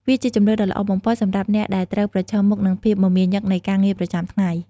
វាជាជម្រើសដ៏ល្អបំផុតសម្រាប់អ្នកដែលត្រូវប្រឈមមុខនឹងភាពមមាញឹកនៃការងារប្រចាំថ្ងៃ។